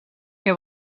que